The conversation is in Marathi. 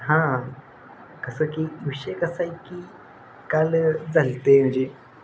हां कसं की विषय कसा आहे की काल झाले ते म्हणजे